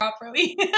properly